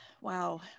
wow